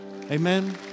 Amen